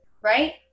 right